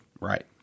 Right